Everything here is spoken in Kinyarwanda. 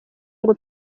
ngo